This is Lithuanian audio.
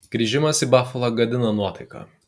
grįžimas į bafalą gadina nuotaiką